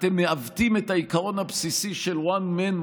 אתם מעוותים את העיקרון הבסיסי של one man,